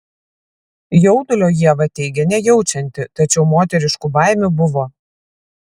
jaudulio ieva teigė nejaučianti tačiau moteriškų baimių buvo